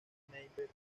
inventor